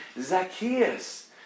Zacchaeus